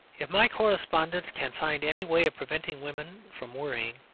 if my correspondent can find any way of preventing women from worrying,